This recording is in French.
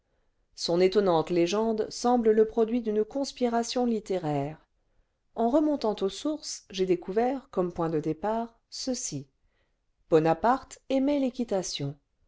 son étonnante légende semble le produit d'une conspiration littéraire en remontant aux sources j'ai découvert comme point de départ ceci bonaparte aimait l'équitatiou